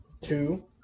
Two